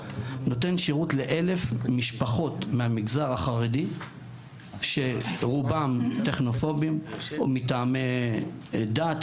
נותן שירות ל-1,000 משפחות מהמגזר החרדי שרובם טכנופובים או מטעמי דת,